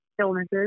illnesses